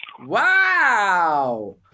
Wow